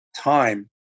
time